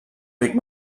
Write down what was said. ric